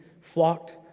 flocked